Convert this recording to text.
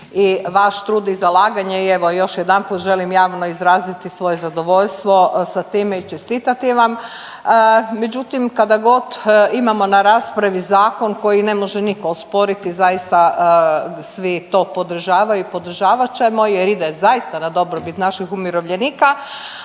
i vaš trud i zalaganje i evo još jedanput želim javno izraziti svoje zadovoljstvo sa time i čestitati vam. Međutim kada got imamo na raspravi zakon koji ne može nitko osporiti zaista svi to podržavaju i podržavat ćemo jer ide zaista na dobrobit naših umirovljenika,